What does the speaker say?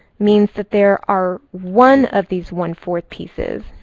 means that there are one of these one fourth pieces.